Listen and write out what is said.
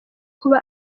kuba